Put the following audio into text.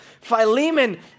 Philemon